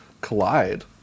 collide